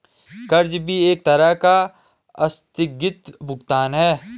कर्ज भी एक तरह का आस्थगित भुगतान है